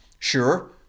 Sure